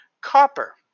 copper